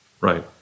right